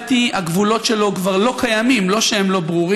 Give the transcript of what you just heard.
לא,